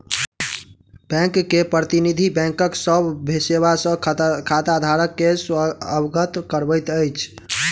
bank के प्रतिनिधि, बैंकक सभ सेवा सॅ खाताधारक के अवगत करबैत अछि